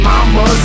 Mama